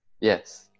Yes